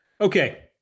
Okay